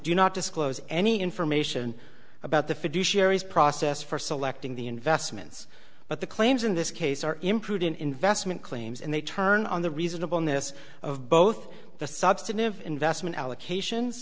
do not disclose any information about the fiduciaries process for selecting the investments but the claims in this case are imprudent investment claims and they turn on the reasonableness of both the substantive investment allocation